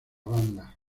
banda